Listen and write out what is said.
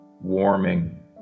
warming